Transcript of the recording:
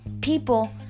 people